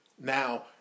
Now